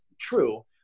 true